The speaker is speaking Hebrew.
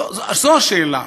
זו השאלה.